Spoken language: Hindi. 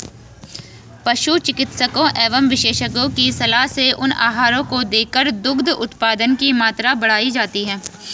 पशु चिकित्सकों एवं विशेषज्ञों की सलाह से उन आहारों को देकर दुग्ध उत्पादन की मात्रा बढ़ाई जाती है